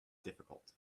difficult